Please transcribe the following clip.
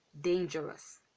dangerous